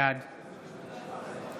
בעד